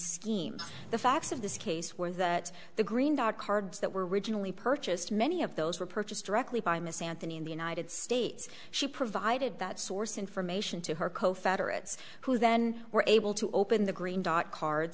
scheme the facts of this case were that the green dot cards that were originally purchased many of those were purchased directly by miss anthony in the united states she provided that source information to her co founder it's who then were able to open the green dot cards